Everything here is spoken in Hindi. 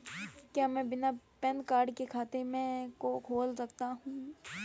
क्या मैं बिना पैन कार्ड के खाते को खोल सकता हूँ?